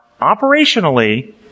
operationally